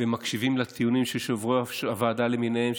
מקשיבים לטיעונים של יושבי-ראש הוועדות למיניהם,